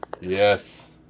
Yes